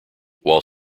while